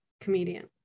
comedian